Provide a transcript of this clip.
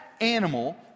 animal